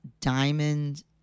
diamond